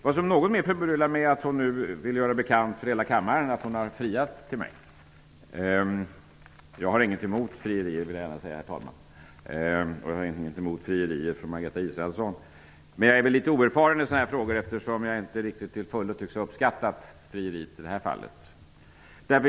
Vad som något mer förbryllar mig är att Margareta Israelsson vill göra bekant för hela kammaren att hon har friat till mig. Jag har inget emot frierier, vill jag gärna säga, herr talman. Och jag har heller ingenting emot frierier från Margareta Israelsson. Men jag är väl litet oerfaren i sådana sammanhang, eftersom jag i det här fallet inte tycks ha uppskattat frieriet till fullo.